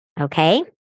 Okay